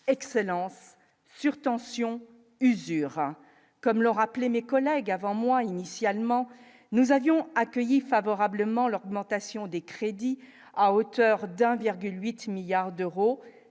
excellence surtension usure comme l'rappelé mes collègues avant moi, initialement nous avions accueilli favorablement leurs plantations des crédits à hauteur d'1,8 milliards d'euros,